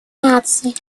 наций